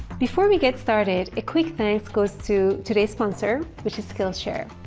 before we get started, a quick thanks goes to today's sponsor, which is skillshare.